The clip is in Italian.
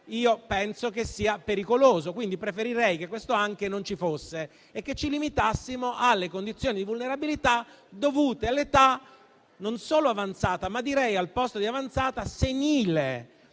penso sia pericoloso. Preferirei che questo «anche» non ci fosse e che ci limitassimo alle condizioni di vulnerabilità dovute all'età, non solo avanzata, ma direi, al posto di «avanzata», «senile».